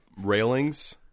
Railings